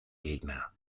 gegner